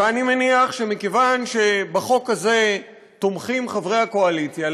ואני מניח שמכיוון שבחוק הזה תומכים חברי הקואליציה,